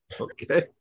Okay